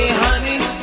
honey